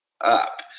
up